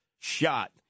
shot